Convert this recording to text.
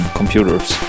computers